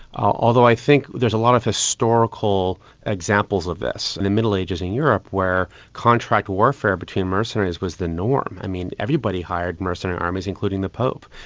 although i think there's a lot of historical examples of this. in the middle ages in europe where contract warfare between mercenaries was the norm, i mean, everybody hired mercenary armies, including the pope.